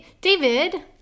David